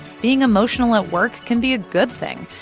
being emotional at work can be a good thing.